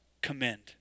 commend